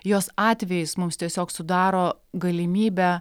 jos atvejis mums tiesiog sudaro galimybę